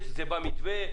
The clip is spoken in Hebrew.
זה במתווה?